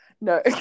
no